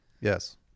yes